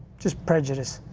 just prejudice.